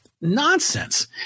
nonsense